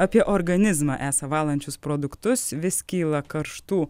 apie organizmą esą valančius produktus vis kyla karštų